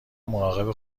مراقب